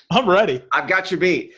i'm ready. i've got your beat.